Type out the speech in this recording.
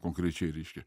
konkrečiai reiškia